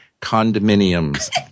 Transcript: condominiums